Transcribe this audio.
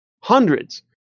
Hundreds